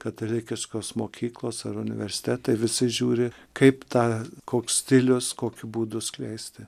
katalikiškos mokyklos ar universitetai visi žiūri kaip tą koks stilius kokiu būdu skleisti